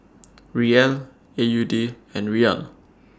Riel A U D and Riyal